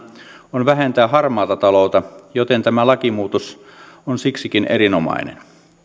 on vähentää harmaata taloutta joten tämä lakimuutos on siksikin erinomainen